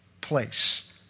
place